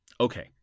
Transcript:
Okay